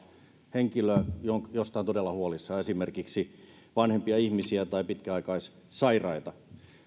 henkilö josta josta on todella huolissaan esimerkiksi vanhempia ihmisiä tai pitkäaikaissairaita